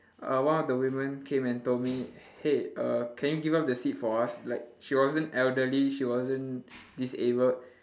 uh one of the women came and told me hey err can you give up the seat for us like she wasn't elderly she wasn't disabled